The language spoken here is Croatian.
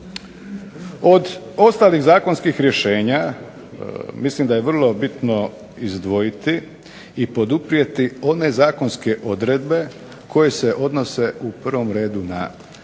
Od ostalih zakonskih rješenja mislim da je vrlo bitno izdvojiti i poduprijeti one zakonske odredbe koje se odnose u prvom redu na, dakle